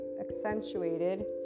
accentuated